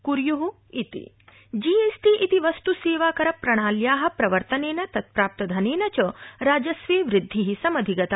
वस्तु सेवाकर जीएसी इति वस्तु सेवाकर प्रणाल्या प्रवर्तनेन तत्प्राप्त धनेन च राजस्वे वृद्धि समधिगता